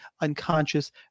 unconscious